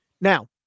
Now